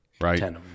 right